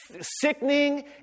Sickening